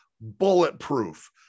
bulletproof